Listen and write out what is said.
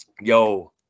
Yo